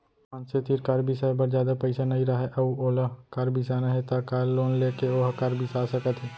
मनसे तीर कार बिसाए बर जादा पइसा नइ राहय अउ ओला कार बिसाना हे त कार लोन लेके ओहा कार बिसा सकत हे